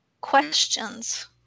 questions